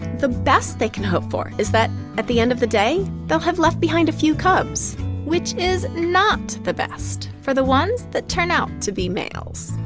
the best they can hope for is that, at the end of the day, they'll have left behind a few cubs which is not the best for the ones that turn out to be males.